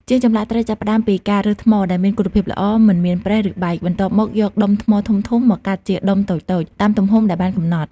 ជាងចម្លាក់ត្រូវចាប់ផ្ដើមពីការរើសថ្មដែលមានគុណភាពល្អ មិនមានប្រេះ ឬបែក បន្ទាប់មកយកដុំថ្មធំៗមកកាត់ជាដុំតូចៗ តាមទំហំដែលបានកំណត់។